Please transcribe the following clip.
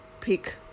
pick